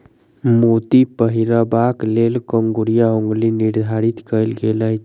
मोती पहिरबाक लेल कंगुरिया अंगुरी निर्धारित कयल गेल अछि